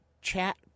chat